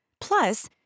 Plus